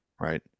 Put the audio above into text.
right